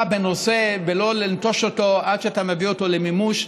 בנושא ולא לנטוש אותו עד שאתה מביא אותו למימוש.